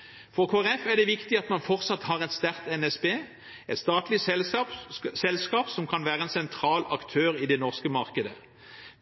Kristelig Folkeparti er det viktig at man fortsatt har et sterkt NSB, et statlig selskap som kan være en sentral aktør i det norske markedet.